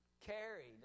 carried